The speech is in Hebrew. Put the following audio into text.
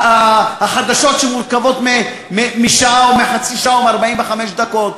החדשות שמורכבות משעה או מחצי שעה או מ-45 דקות.